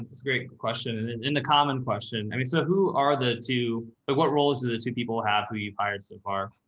that's a great question. and and in the common question, i mean, so who are the two, but what roles do the two people have we've hired so far?